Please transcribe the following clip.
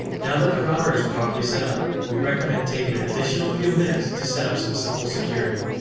now that the router is properly setup we recommend taking an additional few minutes to set up some simple security.